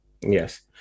Yes